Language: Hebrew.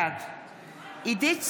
בעד עידית סילמן,